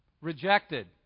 rejected